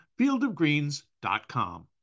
fieldofgreens.com